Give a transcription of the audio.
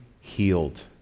healed